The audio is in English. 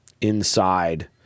inside